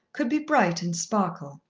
could be bright and sparkle.